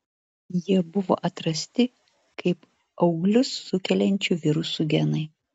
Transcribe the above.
jie buvo atrasti kaip auglius sukeliančių virusų genai